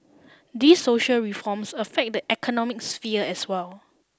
these social reforms affect the economic sphere as well